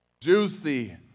juicy